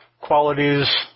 qualities